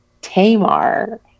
Tamar